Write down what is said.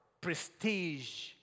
prestige